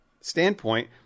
standpoint